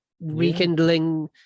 rekindling